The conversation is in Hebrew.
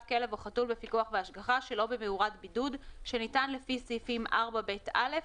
כלב או חתול בפיקוח והשגחה שלא במאורת בידוד שניתן לפי סעיפים 4ב(א)